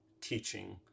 teaching